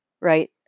right